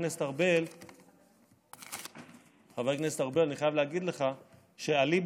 מעבר להדחתו כמפקד תחנה הוא גם נשפט על ידי